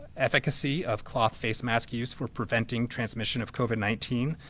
efficacy of cloth face mask use for preventing transmission of covid nineteen.